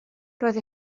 roedd